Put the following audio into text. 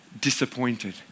disappointed